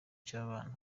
cy’abana